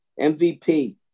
MVP